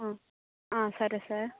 సరే సార్